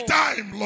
time